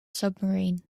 submarine